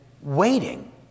Waiting